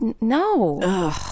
no